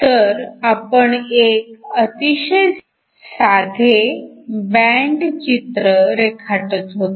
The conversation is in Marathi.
तर आपण एक अतिशय साधे बँड चित्र रेखाटत होतो